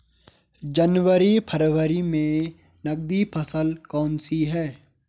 जनवरी फरवरी में नकदी फसल कौनसी है?